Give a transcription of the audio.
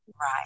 Right